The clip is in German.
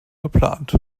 geplant